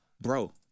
Bro